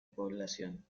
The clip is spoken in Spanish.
población